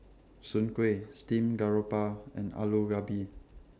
Soon Kway Steamed Garoupa and Aloo Gobi